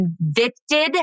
convicted